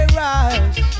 rise